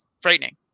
frightening